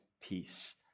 peace